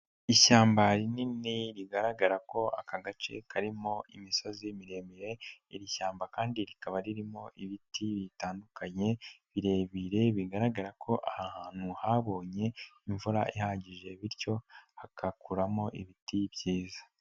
Ishyamba rinini rigaragara ko aka gace karimo imisozi miremire, iri shyamba kandi rikaba ririmo ibiti bitandukanye birebire bigaragara ko ahantu hantu habonye imvura ihagije bityo hagakuramo ibiti byiza.